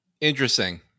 Interesting